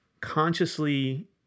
consciously